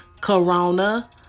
corona